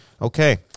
Okay